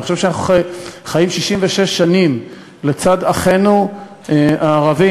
אנחנו חושב שאנחנו חיים 66 שנים לצד אחינו הערבים,